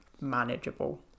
manageable